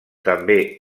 també